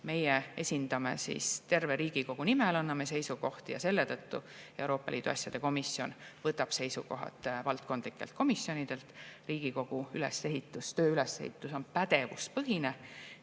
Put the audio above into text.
Meie esindame, terve Riigikogu nimel anname seisukohti ja selle tõttu Euroopa Liidu asjade komisjon võtab seisukohad valdkondlikelt komisjonidelt. Riigikogu töö ülesehitus on pädevuspõhine